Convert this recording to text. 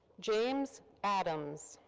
james adams.